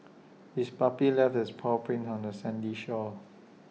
the puppy left its paw prints on the sandy shore